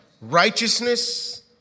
righteousness